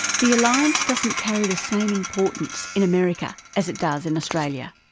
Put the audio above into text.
the alliance doesn't carry the same importance in america as it does in australia.